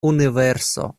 universo